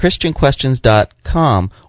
ChristianQuestions.com